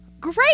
Great